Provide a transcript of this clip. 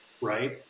right